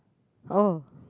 oh